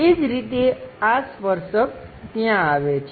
એ જ રીતે આ સ્પર્શક ત્યાં આવે છે